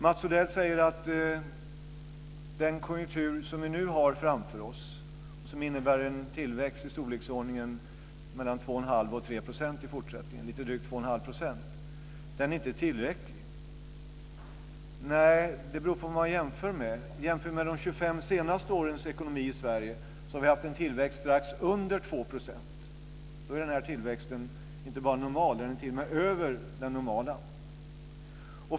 Mats Odell säger att den konjunktur som vi nu har framför oss, som innebär en tillväxt på lite drygt 21⁄2 % i fortsättningen, inte är tillräcklig. Det beror på vad man jämför med. Jämför vi med de 25 senaste årens ekonomi i Sverige ser vi att vi har haft en tillväxt strax under 2 %.